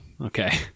okay